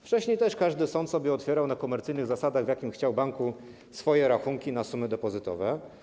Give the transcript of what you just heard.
Wcześniej też każdy sąd otwierał sobie na komercyjnych zasadach, w jakim chciał banku, swoje rachunki na sumy depozytowe.